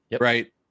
Right